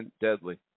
deadly